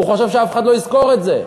הוא חושב שאף אחד לא יזכור את זה.